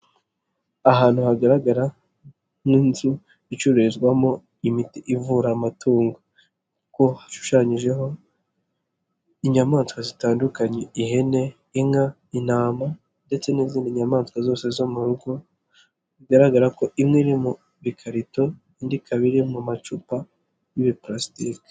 Ahantu hagaragara nk'inzu icururizwamo imiti ivura amatungo kuko hashushanyijeho inyamaswa zitandukanye ihene, inka, intama, ndetse n'izindi nyamaswa zose zo mu rugo bigaragara ko imwe iri mu bikarito indi ikaba iri mu macupa y'ibipurasitiki.